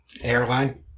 airline